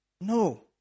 No